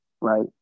right